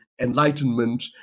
enlightenment